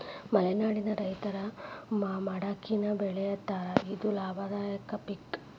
ಮಲೆನಾಡಿನ ರೈತರು ಮಡಕಿನಾ ಬೆಳಿತಾರ ಇದು ಲಾಭದಾಯಕ ಪಿಕ್